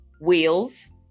Wheels